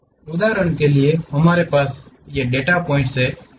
उदाहरण के लिए हमारे पास ये डेटा पॉइंट हैं